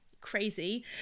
crazy